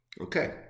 Okay